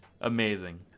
Amazing